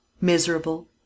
miserable